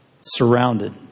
surrounded